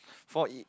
for it